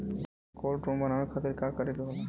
Cold room बनावे खातिर का करे के होला?